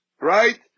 Right